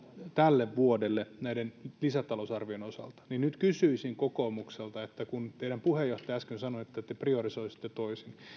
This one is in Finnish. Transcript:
tälle vuodelle näiden lisätalousarvioiden osalta nyt kysyisin kokoomukselta että kun teidän puheenjohtajanne äsken sanoi että te priorisoisitte toisin